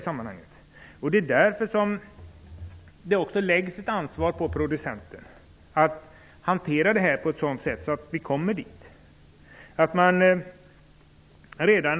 Därför läggs det ett ansvar på producenterna att se till att vi uppnår den situationen.